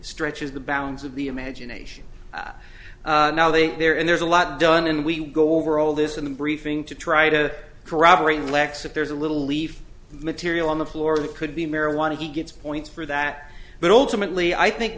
stretches the bounds of the imagination now they get there and there's a lot done and we go over all this in the briefing to try to corroborate lexus there's a little leaf material on the floor we could be marijuana he gets points for that but ultimately i think